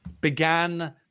began